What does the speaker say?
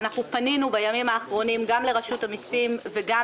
פנינו בימים האחרונים גם לרשות המסים וגם